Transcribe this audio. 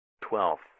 Twelfth